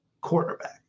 quarterback